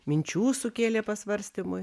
minčių sukėlė pasvarstymui